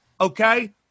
okay